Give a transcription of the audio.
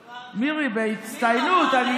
מירי, בהצטיינות.